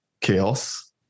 chaos